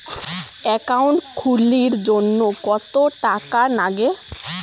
Account খুলির জন্যে কত টাকা নাগে?